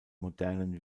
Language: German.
modernen